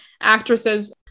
actresses